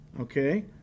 okay